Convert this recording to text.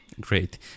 Great